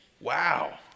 Wow